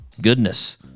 goodness